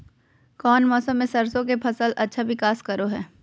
कौन मौसम मैं सरसों के फसल अच्छा विकास करो हय?